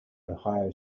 ohio